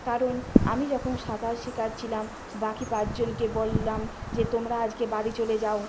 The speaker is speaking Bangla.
কারণ আমি যখন সাঁতার শেখাচ্ছিলাম বাকি পাঁচজনকে বললাম যে তোমরা আজকে বাড়ি চলে যাও